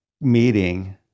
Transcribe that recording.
meeting